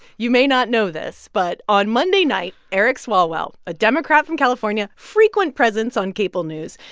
you may not know this. but on monday night, eric swalwell, a democrat from california, frequent presence on cable news,